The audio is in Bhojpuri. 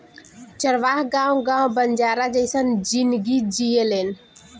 चरवाह गावं गावं बंजारा जइसन जिनगी जिऐलेन